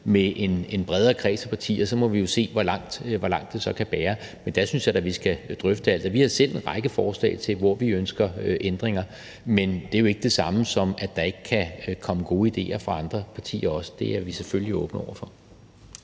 med en bredere kreds af partier, og så må vi jo se, hvor langt det kan bære. Men der synes jeg da, at vi skal drøfte alt det. Vi har selv en række forslag til, hvor vi ønsker ændringer, men det er jo ikke det samme som, at der ikke også kan komme gode idéer fra andre partier. Det er vi selvfølgelig åbne over for.